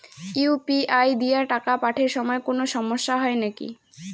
UPI দিয়া টাকা পাঠের সময় কোনো সমস্যা হয় নাকি?